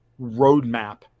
roadmap